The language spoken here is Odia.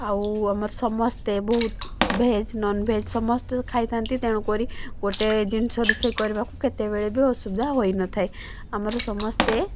ଆଉ ଆମର ସମସ୍ତେ ବହୁତ ଭେଜ ନନଭେଜ ସମସ୍ତେ ଖାଇଥାନ୍ତି ତେଣୁକରି ଗୋଟେ ଜିନିଷ ରୋଷେଇ କରିବାକୁ କେତେବେଳେ ବି ଅସୁବିଧା ହୋଇନଥାଏ ଆମର ସମସ୍ତେ